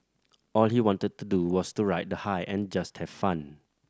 all he wanted to do was to ride the high and just have fun